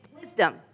wisdom